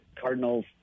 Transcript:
Cardinals